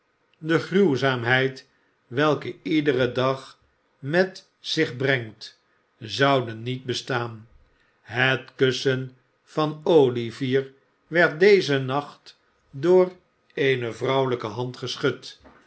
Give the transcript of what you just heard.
de gruwzaamheid welke iederen dag met zich brengt zouden niet bestaan het kussen van olivier werd dezen nacht door eene vrouwelijke hand geschud